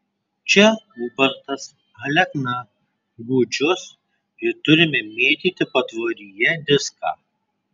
čia ubartas alekna gudžius ir turime mėtyti patvoryje diską